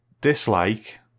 dislike